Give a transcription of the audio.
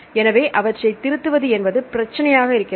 எனவே அவற்றை திருத்துவது என்பது பிரச்சனையாக இருக்கிறது